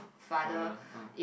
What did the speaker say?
father ah